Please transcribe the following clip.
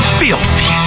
filthy